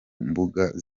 mbuga